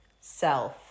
self